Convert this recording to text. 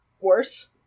worse